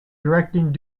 directing